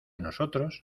nosotros